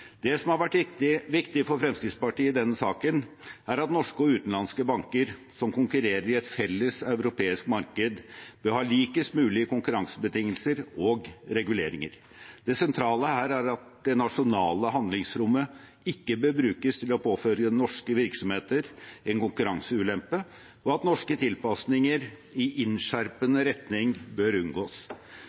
Det som har vært viktig for Fremskrittspartiet i denne saken, er at norske og utenlandske banker som konkurrerer i et felles europeisk marked, bør ha likest mulig konkurransebetingelser og reguleringer. Det sentrale her er at det nasjonale handlingsrommet ikke bør brukes til å påføre norske virksomheter en konkurranseulempe, og at norske tilpasninger i innskjerpende retning bør unngås.